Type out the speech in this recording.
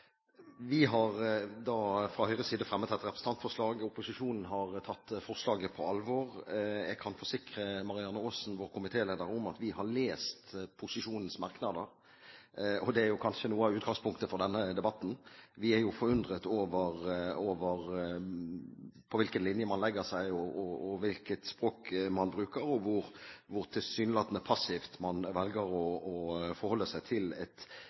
opposisjonen har tatt forslaget på alvor. Jeg kan forsikre Marianne Aasen, vår komitéleder, om at vi har lest posisjonens merknader, og det er jo kanskje noe av utgangspunktet for denne debatten. Vi er forundret over på hvilken linje man legger seg, hvilket språk man bruker, og hvor tilsynelatende passivt man velger å forholde seg til et